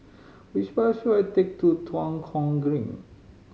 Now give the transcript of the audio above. which bus should I take to Tua Kong Green